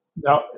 Now